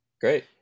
Great